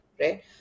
right